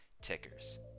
tickers